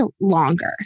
longer